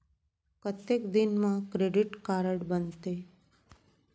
कतेक दिन मा क्रेडिट कारड बनते?